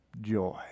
joy